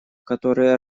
который